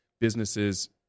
businesses